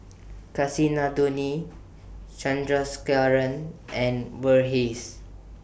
Kasinadhuni Chandrasekaran and Verghese